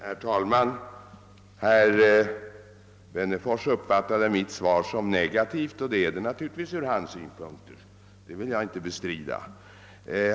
Herr talman! Herr Wennerfors uppfattade mitt svar som negativt, och det är naturligt från hans synpunkt; det vill jag inte bestrida.